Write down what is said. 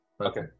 Okay